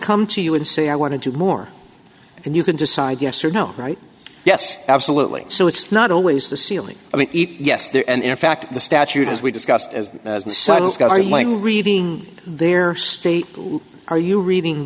come to you and say i want to do more and you can decide yes or no right yes absolutely so it's not always the ceiling i mean yes there and in fact the statute as we discussed as gardening reading their state are you reading